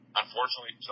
unfortunately